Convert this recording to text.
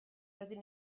rydyn